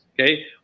okay